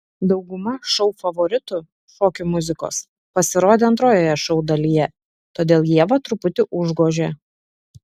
dauguma šou favoritų šokių muzikos pasirodė antrojoje šou dalyje todėl ievą truputį užgožė